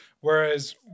Whereas